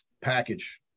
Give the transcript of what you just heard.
package